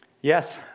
Yes